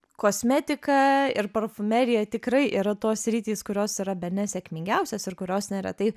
kosmetika ir parfumerija tikrai yra tos sritys kurios yra bene sėkmingiausios ir kurios neretai